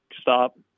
stop